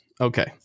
Okay